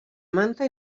manta